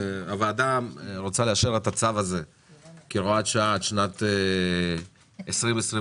הוועדה רוצה לאשר את הצו הזה כהוראת שעה עד תום שנת